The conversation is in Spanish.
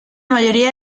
mayoría